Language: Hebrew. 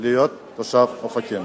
להיות תושב אופקים.